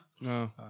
No